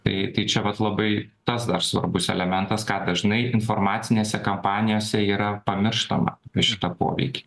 tai tai čia vat labai tas dar svarbus elementas ką dažnai informacinėse kampanijose yra pamirštama apie šitą poveikį